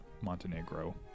Montenegro